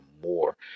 more